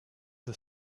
the